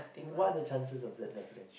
what the chances of that happening